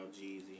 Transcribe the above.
Jeezy